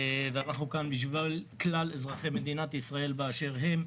ואנחנו כאן בשביל כלל אזרחי מדינת ישראל באשר הם,